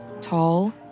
tall